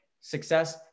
success